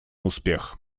успех